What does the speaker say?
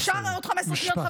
אפשר עוד 15 שניות?